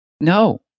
no